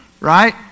right